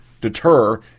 deter